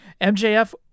mjf